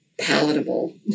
palatable